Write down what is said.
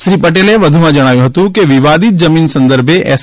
શ્રી પટેલે વધુમાં જણાવ્યું હતું કે વિવાદિત જમીન સંદર્ભે એસ